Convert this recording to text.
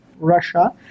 Russia